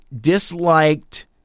disliked